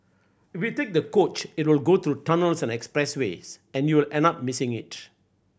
if you take the coach it will go through tunnels and expressways and you will end up missing it